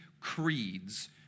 creeds